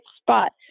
spot